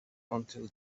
until